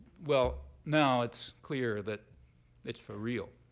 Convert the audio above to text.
well, now it's clear that it's for real.